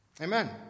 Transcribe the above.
Amen